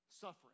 suffering